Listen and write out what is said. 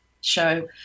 show